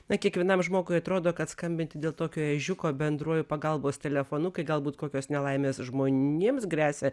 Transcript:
na kiekvienam žmogui atrodo kad skambinti dėl tokio ežiuko bendruoju pagalbos telefonu kai galbūt kokios nelaimės žmonėms gresia